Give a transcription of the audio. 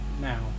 now